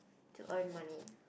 to earn money